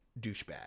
douchebag